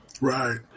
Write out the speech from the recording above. Right